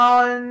on